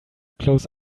close